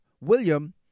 William